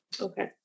Okay